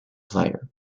player